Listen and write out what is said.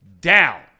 down